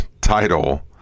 title